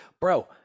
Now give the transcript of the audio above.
bro